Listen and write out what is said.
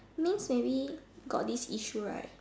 means maybe got this issue right